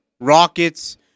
Rockets